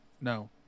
No